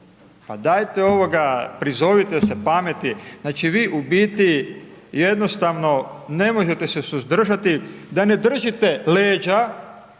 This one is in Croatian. Pa dajte prizovite se pameti, znači vi u biti, jednostavno ne možete se suzdržati, da ne držite leđa